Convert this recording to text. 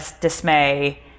dismay